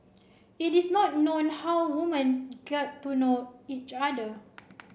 it is not known how women got to know each other